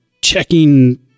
checking